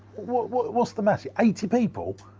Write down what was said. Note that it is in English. what's the mass, eighty people?